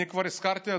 אני כבר הזכרתי,